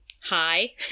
Hi